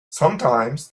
sometimes